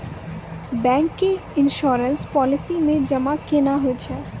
Bank के insurance policy मे जमा केना होय छै?